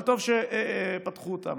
אבל טוב שפתחו אותם.